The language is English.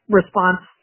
response